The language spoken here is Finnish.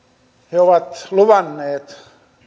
he ovat luvanneet